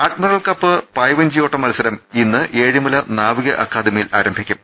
admiral cup പായ്വഞ്ചിയോട്ട്മത്സരം ഇന്ന് ഏഴിമല നാവിക അക്കാദമിയിൽ ആരംഭിക്കും